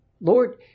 Lord